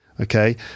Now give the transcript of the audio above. Okay